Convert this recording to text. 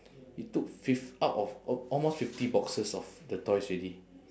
he took fif~ out of uh almost fifty boxes of the toys already